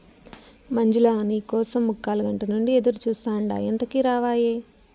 మంజులా, నీ కోసం ముక్కాలగంట నుంచి ఎదురుచూస్తాండా ఎంతకీ రావాయే